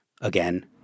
Again